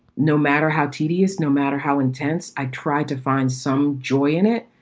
no matter how tedious, no matter how intense, i tried to find some joy in it.